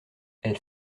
elle